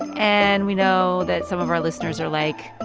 and we know that some of our listeners are like,